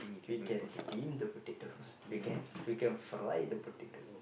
we can steam the potato we can we can fry the potato